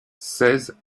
seize